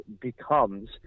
becomes